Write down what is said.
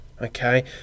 okay